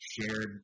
shared